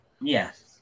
Yes